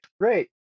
great